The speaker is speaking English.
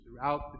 throughout